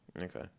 Okay